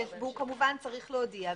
והוא כמובן צריך להודיע,